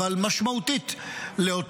אבל משמעותית,